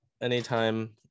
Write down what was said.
anytime